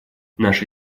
наша